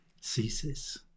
ceases